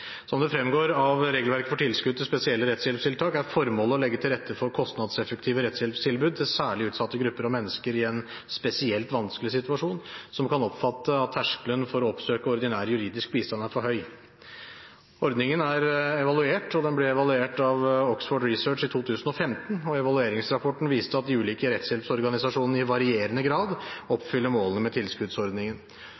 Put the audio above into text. Som det fremgår av regelverket for tilskudd til spesielle rettshjelpstiltak, er formålet å legge til rette for kostnadseffektive rettshjelpstilbud til særlig utsatte grupper og mennesker i en spesielt vanskelig situasjon, som kan oppfatte at terskelen for å oppsøke ordinær juridisk bistand er for høy. Ordningen er evaluert. Den ble evaluert av Oxford Research i 2015, og evalueringsrapporten viste at de ulike rettshjelpsorganisasjonene i varierende grad